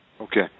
Okay